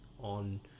on